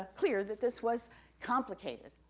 ah clear that this was complicated.